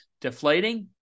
deflating